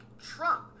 Trump